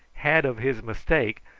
had of his mistake,